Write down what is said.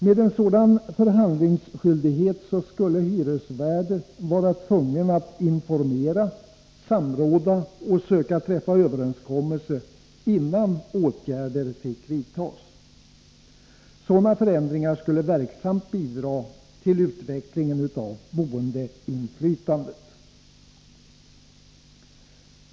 Med en sådan förhandlingsskyldighet skulle hyresvärden vara tvungen att informera, samråda och söka träffa överenskommelse, innan åtgärder fick vidtas. Sådana förändringar skulle verksamt bidra till utvecklingen av boendeinflytandet.